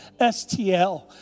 STL